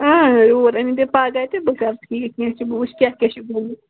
آ یور أنیُو تُہۍ پگاہ تہِ بہٕ کَرٕ ٹھیٖک کیٚنہہ چھُنہٕ بہٕ وٕچھِ کیٛاہ کیٛاہ چھِ گوٚمُت